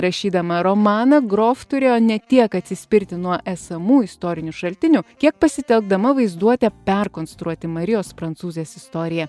rašydama romaną grof turėjo ne tiek atsispirti nuo esamų istorinių šaltinių kiek pasitelkdama vaizduotę perkonstruoti marijos prancūzės istoriją